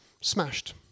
smashed